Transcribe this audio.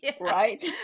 right